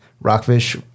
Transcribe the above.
Rockfish